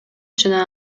жана